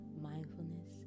mindfulness